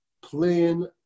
plan